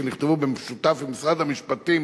שנכתבו במשותף עם משרד המשפטים